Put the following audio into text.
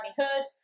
Hood